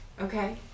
Okay